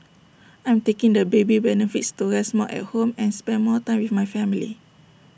I'm taking the baby benefits to rest more at home and spend more time with my family